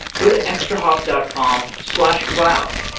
go to extrahop dot com slash cloud.